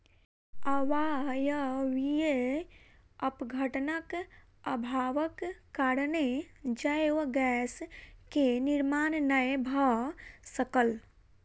अवायवीय अपघटनक अभावक कारणेँ जैव गैस के निर्माण नै भअ सकल